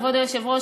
כבוד היושב-ראש,